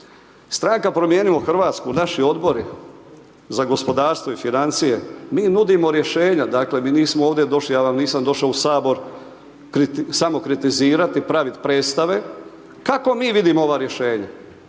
Stranka promijenimo Hrvatsku, naši Odbori za gospodarstvo i financije, mi nudimo rješenja, dakle, mi nismo ovdje došli, ja vam nisam došao u HS samo kritizirati i praviti predstave. Kako mi vidimo ova rješenja?